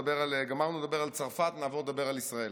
גמרנו לדבר על צרפת, ונעבור לדבר על ישראל.